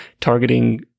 targeting